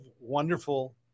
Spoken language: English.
wonderful